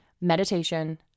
meditation